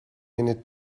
minute